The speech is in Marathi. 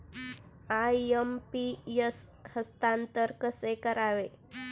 आय.एम.पी.एस हस्तांतरण कसे करावे?